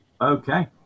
Okay